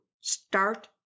start